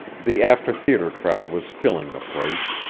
the after-theater crowd was filling the place.